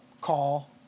call